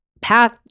path